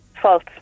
False